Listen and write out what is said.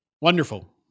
Wonderful